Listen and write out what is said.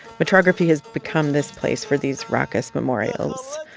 metrography has become this place for these raucous memorials.